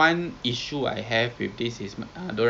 gaining popularity lah because like you know um